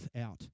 out